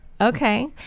Okay